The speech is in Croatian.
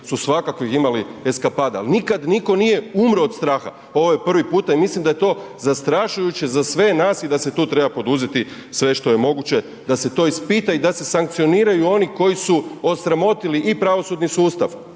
su svakakvih imali eskapada ali nikad nitko nije umro od straha, ovo je prvi puta i mislim da je to zastrašujuće za sve nas i da se tu treba poduzeti sve što je moguće da se to ispita i da se sankcioniraju oni koji su osramotili i pravosudni sustav